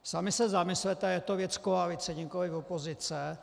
Sami se zamyslete, je to věc koalice, nikoliv opozice.